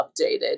updated